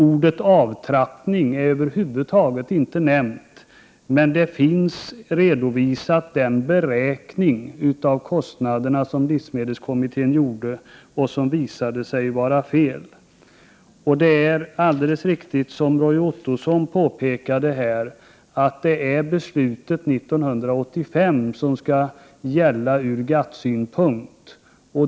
Ordet avtrappning är över huvud taget inte nämnt. Men man har redovisat den beräkning av kostnaderna som livsmedelskommittén gjorde och som visade sig vara felaktig. Det är alldeles riktigt som Roy Ottosson påpekade, att det är beslutet 1985 som skall gälla ur GATT-synpunkt.